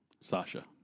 Sasha